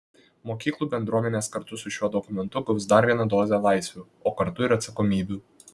mokyklų bendruomenės kartu su šiuo dokumentu gaus dar vieną dozę laisvių o kartu ir atsakomybių